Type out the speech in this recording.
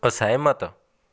ਅਸਹਿਮਤ